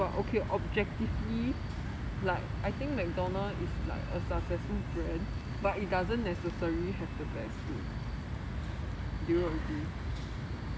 but okay objectively like I think mcdonald is like a successful brand but it doesn't necessary have the best food do you agree